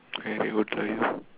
okay you can go twice